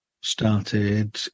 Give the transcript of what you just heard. started